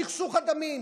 סכסוך הדמים,